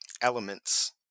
elements